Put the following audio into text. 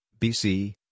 BC